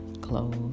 clothes